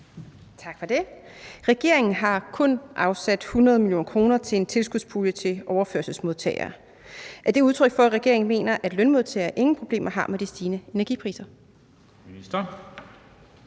Tak for det. Regeringen har kun afsat 100 mio. kr. til en tilskudspulje til overførselsmodtagere – er det udtryk for, at regeringen mener, at lønmodtagere ingen problemer har med de stigende energipriser? Kl.